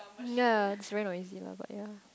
ya she very noisy lah but ya